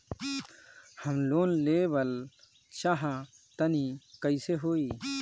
हम लोन लेवल चाह तानि कइसे होई?